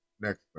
Next